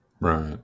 Right